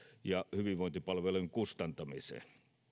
ja hyvinvointipalvelujen kustantamiseen